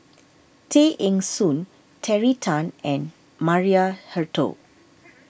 Tay Eng Soon Terry Tan and Maria Hertogh